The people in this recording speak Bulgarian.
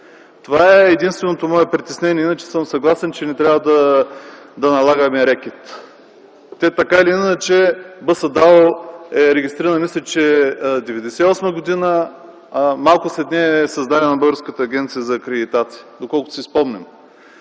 Това е единственото ми притеснение. Иначе съм съгласен, че не трябва да налагаме рекет. Така или иначе, БСДАУ е регистрирана, мисля, че през 1998 г., а малко след нея е създадена Българската агенция за акредитация, доколкото си спомням.